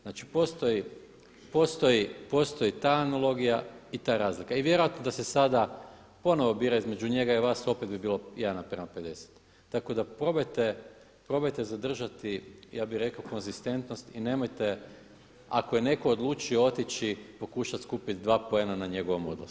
Znači, postoji ta analogija i ta razlika i vjerojatno da se sada ponovo bira između njega i vas opet bi bilo 1:50 tako da probajte zadržati ja bih rekao konzistentnost i nemojte ako je netko odlučio otići pokušati skupiti dva poena na njegovom odlasku.